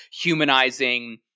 humanizing